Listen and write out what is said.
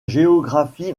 géographie